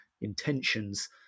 intentions